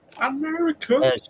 America